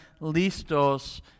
listos